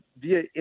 via